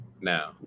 now